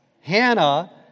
Hannah